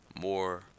more